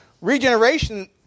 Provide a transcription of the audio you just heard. Regeneration